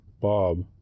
Bob